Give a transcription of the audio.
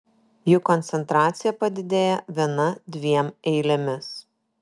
jų koncentracija padidėja viena dviem eilėmis